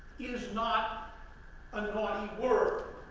is not a naughty word.